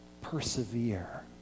persevere